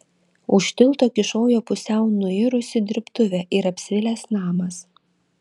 už tilto kyšojo pusiau nuirusi dirbtuvė ir apsvilęs namas